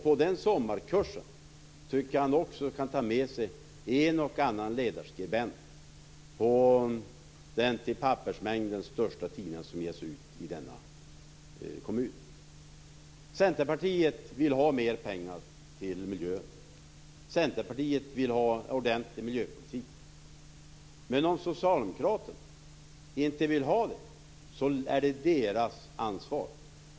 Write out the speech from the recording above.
På den sommarkursen tycker jag att han också kan ta med sig en och annan ledarskribent på den till pappersmängden största tidning som ges ut i denna kommun. Centerpartiet vill ha mer pengar till miljön. Centerpartiet vill ha en ordentlig miljöpolitik. Om socialdemokraterna inte vill ha det är det deras ansvar.